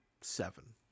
Seven